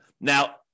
Now